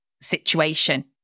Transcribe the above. situation